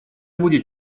будет